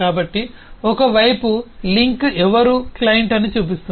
కాబట్టి ఒక వైపు లింక్ ఎవరు క్లయింట్ అని చూపిస్తుంది